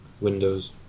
windows